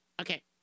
Okay